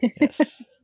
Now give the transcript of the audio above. Yes